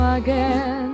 again